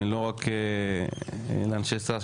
שהוא לא רק של אנשי ש"ס.